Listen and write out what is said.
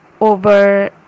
Over